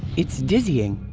it's dizzying!